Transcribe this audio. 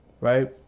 Right